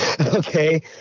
okay